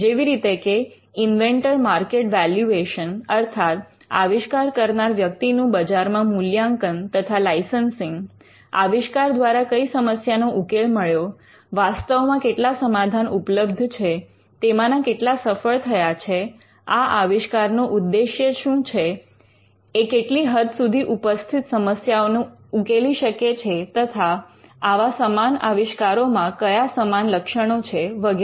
જેવી રીતે કે ઇન્વેન્ટર માર્કેટ વૅલ્યુએશન અર્થાત આવિષ્કાર કરનાર વ્યક્તિનું બજારમાં મૂલ્યાંકન તથા લાઇસન્સિંગ આવિષ્કાર દ્વારા કઈ સમસ્યા નો ઉકેલ મળ્યો વાસ્તવમાં કેટલા સમાધાન ઉપલબ્ધ છે તેમાંના કેટલા સફળ થયા છે આ આવિષ્કારનો ઉદ્દેશ્ય શું છે એ કેટલી હદ સુધી ઉપસ્થિત સમસ્યાઓ ને ઉકેલી શકે છે તથા આવા સમાન આવિષ્કારો માં કયા સમાન લક્ષણો છે વગેરે